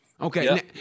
Okay